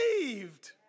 believed